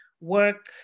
work